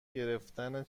گرفتن